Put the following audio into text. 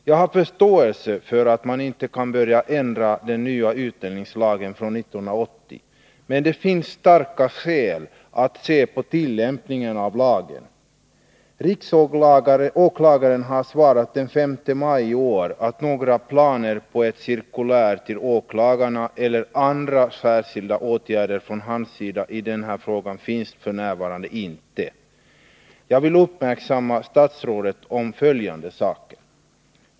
Jag har förståelse för att man inte kan börja ändra den nya utlänningslagen från 1980, men det finns starka skäl att se på tillämpningen av lagen. Riksåklagaren har den 5 maj i år svarat att några planer på ett cirkulär till åklagarna eller andra särskilda åtgärder från hans sida i den här frågan f. n. inte finns. Jag vill göra statsrådet uppmärksam på följande förhållanden.